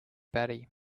batty